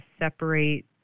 separate